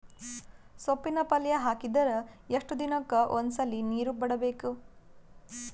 ಸೊಪ್ಪಿನ ಪಲ್ಯ ಹಾಕಿದರ ಎಷ್ಟು ದಿನಕ್ಕ ಒಂದ್ಸರಿ ನೀರು ಬಿಡಬೇಕು?